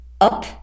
up